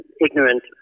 ignorant